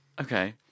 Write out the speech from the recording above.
Okay